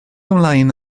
ymlaen